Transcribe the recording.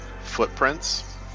footprints